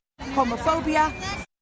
homophobia